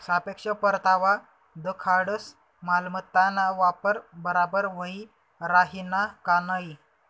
सापेक्ष परतावा दखाडस मालमत्ताना वापर बराबर व्हयी राहिना का नयी